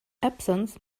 absence